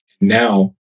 Now